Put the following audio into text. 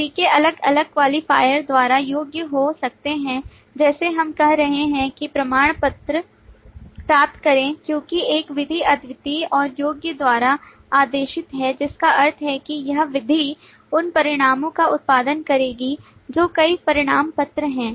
तरीके अलग अलग क्वालिफायर द्वारा योग्य हो सकते हैं जैसे हम कह रहे हैं कि प्रमाणपत्र प्राप्त करें क्योंकि एक विधि अद्वितीय और योग्य द्वारा आदेशित है जिसका अर्थ है कि यह विधि उन परिणामों का उत्पादन करेगी जो कई प्रमाण पत्र हैं